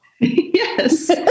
Yes